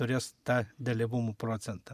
turės tą dalyvumo procentą